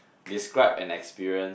describe an experience